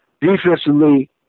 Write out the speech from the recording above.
defensively